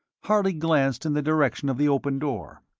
harley glanced in the direction of the open door.